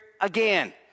again